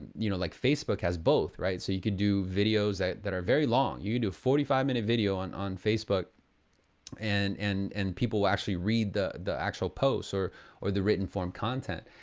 you know, like facebook has both, right? so you could do videos that that are very long. you do forty five minute video on on facebook and and and people will actually read the the actual posts or or the written form content.